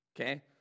Okay